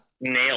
nailed